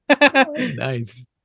Nice